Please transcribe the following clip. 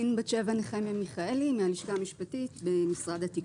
הלשכה המשפטית, משרד התקשורת.